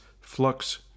flux